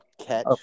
catch